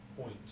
point